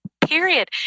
period